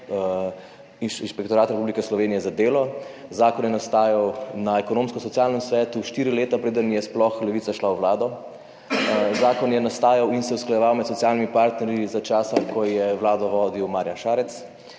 Inšpektorata Republike Slovenije za delo. Zakon je nastajal na Ekonomsko-socialnem svetu štiri leta preden je sploh Levica šla v Vlado. Zakon je nastajal in se je usklajeval med socialnimi partnerji za časa, ko je Vlado vodil Marjan Šarec,